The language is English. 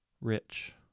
rich